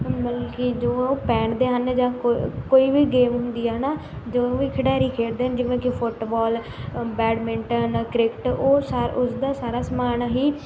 ਮਤਲਬ ਕਿ ਜੋ ਉਹ ਪਹਿਨਦੇ ਹਨ ਜਾਂ ਕੋ ਕੋਈ ਵੀ ਗੇਮ ਹੁੰਦੀ ਹੈ ਹੈ ਨਾ ਜੋ ਵੀ ਖਿਡਾਰੀ ਖੇਡਦੇ ਹਨ ਜਿਵੇਂ ਕਿ ਫੁਟਬੋਲ ਬੈਡਮਿੰਟਨ ਕ੍ਰਿਕੇਟ ਉਹ ਸਾ ਉਸਦਾ ਸਾਰਾ ਸਮਾਨ ਹੀ